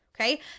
okay